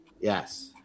Yes